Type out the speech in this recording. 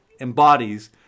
embodies